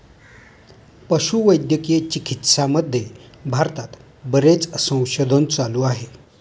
पशुवैद्यकीय चिकित्सामध्ये भारतात बरेच संशोधन चालू आहे